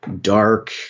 dark